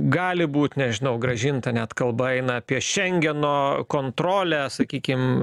gali būt nežinau grąžinta net kalba eina apie šengeno kontrolę sakykim